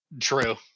True